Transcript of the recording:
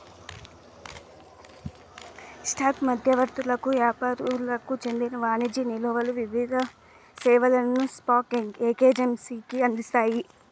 stock మధ్యవర్తులకు యాపారులకు చెందిన వాణిజ్య నిల్వలు వివిధ సేవలను స్పాక్ ఎక్సేంజికి అందిస్తాయి